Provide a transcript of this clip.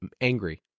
angry